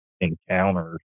encounters